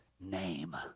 name